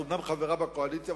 את אומנם חברה בקואליציה,